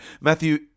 matthew